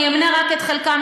אני אמנה רק את חלקן,